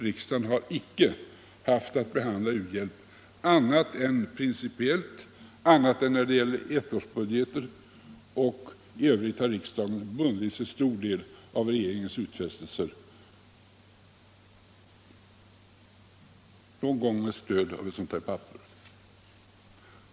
Riksdagen har icke haft att behandla u-hjälp principiellt annat än när det gällt ettårsbudgeter. I övrigt har riksdagen bundits till stor del av regeringens utfästelser — någon gång på sistone med stöd av ett sådant där papper.